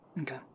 Okay